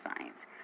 science